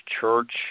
Church